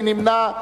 מי נמנע?